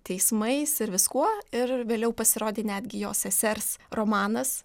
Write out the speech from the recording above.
teismais ir viskuo ir vėliau pasirodė netgi jo sesers romanas